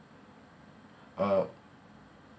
uh